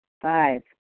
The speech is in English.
Five